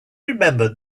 remembered